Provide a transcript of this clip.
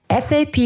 SAP